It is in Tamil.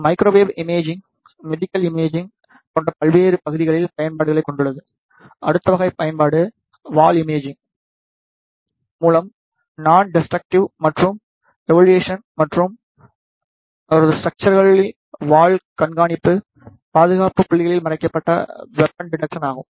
மைக்ரோவேவ் இமேஜிங் மெடிக்கல் இமேஜிங் போன்ற பல்வேறு பகுதிகளில் பயன்பாடுகளைக் கொண்டுள்ளது அடுத்த வகை பயன்பாடு வால் இமேஜிங் மூலம் நாண் டெஸ்ட்ரக்ட்டிவ் மற்றும் ஏவலுவேசன் மற்றும் அவரது ஸ்ட்ரக்ச்சரில் வால் கண்காணிப்பு பாதுகாப்பு புள்ளிகளில் மறைக்கப்பட்ட வெப்பன் டீடெக்சன் ஆகும்